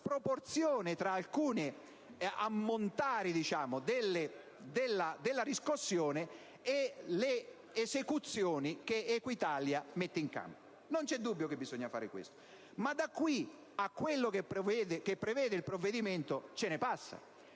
tra l'ammontare della riscossione e le esecuzioni che Equitalia mette in campo: non c'è dubbio che bisogna fare questo, ma da qui a quello che prevede il provvedimento ce ne passa.